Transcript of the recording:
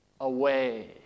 away